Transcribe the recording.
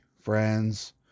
friends